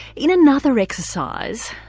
in another exercise,